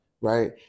right